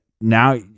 now